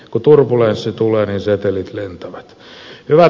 kun turbulenssi tulee niin setelit lentävät